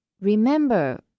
Remember